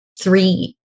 three